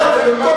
מה אתה מדבר?